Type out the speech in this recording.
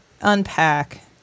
unpack